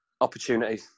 Opportunity